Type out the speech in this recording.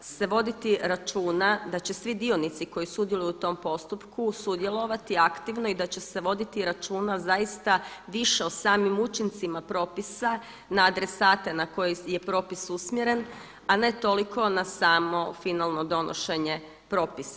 se voditi računa da će svi dionici koji sudjeluju u tom postupku sudjelovati aktivno i da će se voditi računa zaista više o samim učincima propisa na adresate na koje je propis usmjeren a ne toliko na samo finalno donošenje propisa.